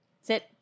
Sit